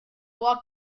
lock